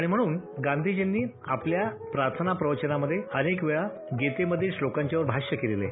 आणि म्हणून गांधीजींनी आपल्या प्रार्थना प्रवचनांमधे अनेकवेळा गीतेमधील श्लोकांच्यावर भाष्य केले आहे